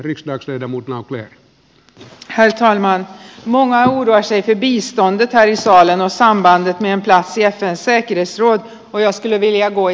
riksdagsledamot naucleran he thaimaan loma nurmes ei tiiviistä on näissä valinnoissaan vaan niin asia pääsee kivisuon ojasteleviä naucler